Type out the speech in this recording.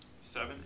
Seven